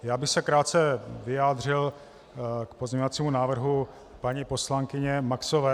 Já bych se krátce vyjádřil k pozměňovacímu návrhu paní poslankyně Maxové.